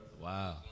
Wow